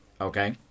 Okay